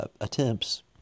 attempts